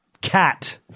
cat